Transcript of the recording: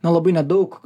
na labai nedaug